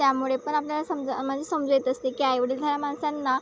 त्यामुळे पण आपल्याला समजा म्हणजे समजू येत असते की आईवडील ह्या माणसांना